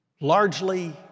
Largely